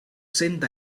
cent